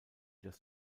das